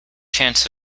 chance